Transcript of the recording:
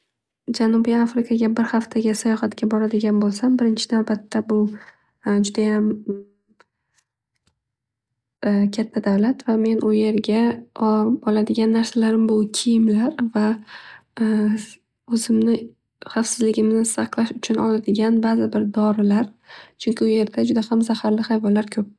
Janubiy afrikaga bir haftaga boradigan bo'lsam. Birinchi navbatda bu judayam katta davlat va men u yerga oladigan narsalar bu kiyimlar va o'zimni vavfsizligimni saqlash uchun oladigan bazi bir dorilar Chunki u yerda juda ham zaharli hayvonlar ko'p.